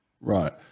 Right